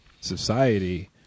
society